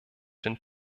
den